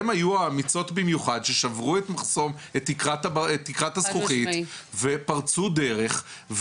הן היו האמיצות במיוחד ששברו את תקרת הזכוכית ופרצו דרך,